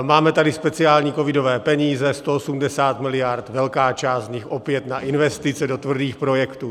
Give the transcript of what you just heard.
Máme tady speciální covidové peníze 180 miliard, velká část z nich opět na investice do tvrdých projektů.